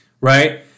right